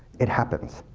it happens.